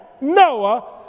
Noah